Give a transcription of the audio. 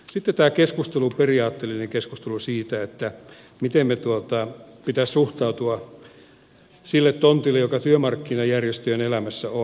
sitten tämä periaatteellinen keskustelu siitä miten meidän pitäisi suhtautua sille tontille joka työmarkkinajärjestöjen elämässä on